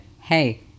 hey